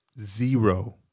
zero